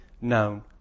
known